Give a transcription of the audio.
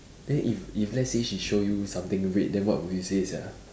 then if if let's say she show you something red then what will you say sia